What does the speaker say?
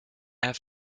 have